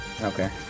Okay